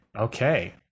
Okay